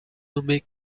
nommée